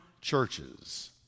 churches